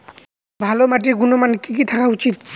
ভালো মাটির গুণমান কি কি থাকা উচিৎ?